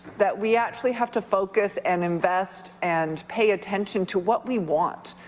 that we actually have to focus and invest and pay attention to what we want,